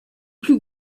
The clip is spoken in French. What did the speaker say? plus